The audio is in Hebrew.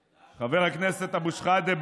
תודה, חבר הכנסת אבו שחאדה.